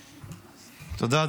תודה.